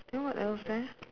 then what else eh